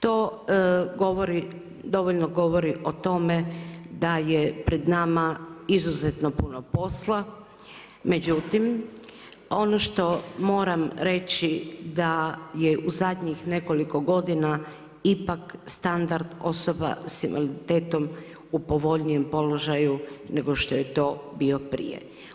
To dovoljno govori o tome da je pred nama izuzetno puno posla, međutim, ono što moram reći da je u zadnjih nekoliko godina ipak standard osoba sa invaliditetom u povoljnijem položaju nego što je to bio prije.